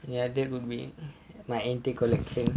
ya that would be my antique collection